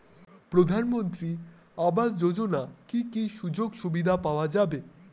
প্রধানমন্ত্রী আবাস যোজনা কি কি সুযোগ সুবিধা পাওয়া যাবে?